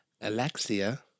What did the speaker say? Alexia